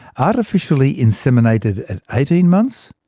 artificially inseminated at eighteen months,